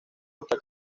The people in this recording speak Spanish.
hasta